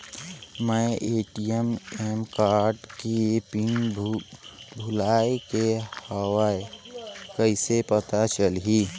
मैं ATM card के pin भुलाए गे हववं कइसे पता चलही?